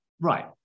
right